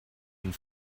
and